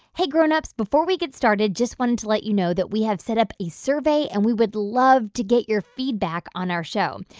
hey, grownups. before we get started, just wanted to let you know that we have set up a survey, and we would love to get your feedback on our show.